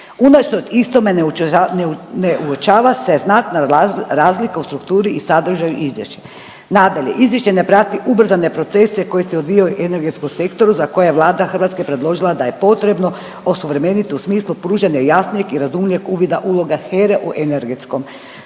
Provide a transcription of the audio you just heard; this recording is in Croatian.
Unatoč istome ne uočava se znatna razlika u strukturi i sadržaju izvješća. Nadalje, izvješće ne prati ubrzane procese koji se odvijaju u energetskom sektoru za koje je vlada Hrvatske predložila da je potrebno osuvremenit u smislu pružanja jasnijeg i razumnijeg uvida uloga HERA-e u energetskom